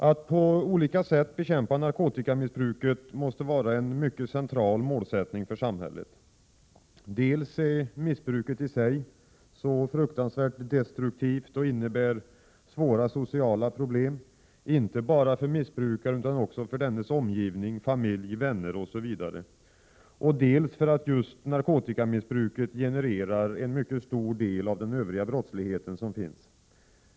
Att på olika sätt bekämpa narkotikamissbruket måste var en mycket central målsättning för samhället, dels för att missbruket i sig är så fruktansvärt destruktivt och innebär svåra sociala problem, inte bara för missbrukaren utan också för dennes omgivning, familj, vänner osv., dels för att just narkotikamissbruket genererar en mycket stor del av den övriga brottsligheten.